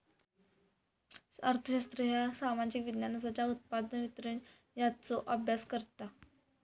अर्थशास्त्र ह्या सामाजिक विज्ञान असा ज्या उत्पादन, वितरण यांचो अभ्यास करता